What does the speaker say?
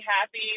happy